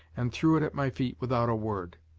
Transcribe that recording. and threw it at my feet without a word.